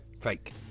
Fake